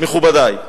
מכובדי,